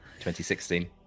2016